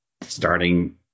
starting